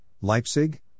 Leipzig